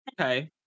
okay